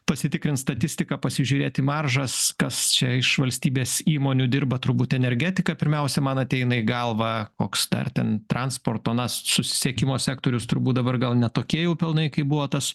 pasitikrint statistiką pasižiūrėti į maržas kas čia iš valstybės įmonių dirba turbūt energetika pirmiausia man ateina į galvą koks dar ten transporto na susisiekimo sektorius turbūt dabar gal ne tokie jau pelnai kai buvo tas